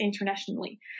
internationally